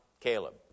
Caleb